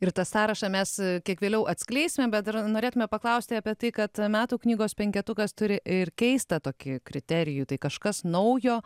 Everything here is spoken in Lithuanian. ir tą sąrašą mes kiek vėliau atskleisime bet dar norėtume paklausti apie tai kad metų knygos penketukas turi ir keistą tokį kriterijų tai kažkas naujo